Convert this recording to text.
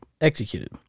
executed